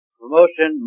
promotion